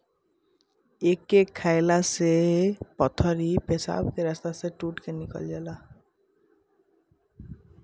एके खाएला से पथरी पेशाब के रस्ता टूट के निकल जाला